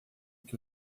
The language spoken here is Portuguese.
que